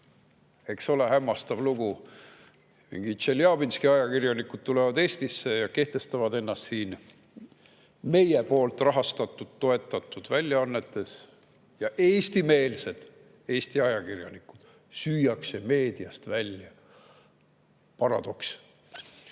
Eks ole hämmastav lugu! Mingid Tšeljabinski ajakirjanikud tulevad Eestisse ja kehtestavad ennast siin meie rahastatud, toetatud väljaannetes ja eestimeelsed Eesti ajakirjanikud süüakse meediast välja. Paradoks!